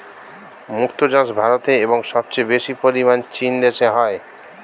মুক্ত চাষ ভারতে এবং সবচেয়ে বেশি পরিমাণ চীন দেশে হয়